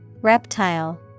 Reptile